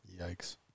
yikes